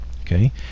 okay